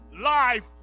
life